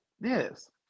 yes